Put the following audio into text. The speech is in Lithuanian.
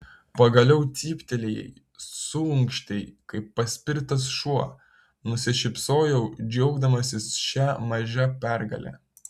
pagaliau cyptelėjai suunkštei kaip paspirtas šuo nusišypsojau džiaugdamasis šia maža pergale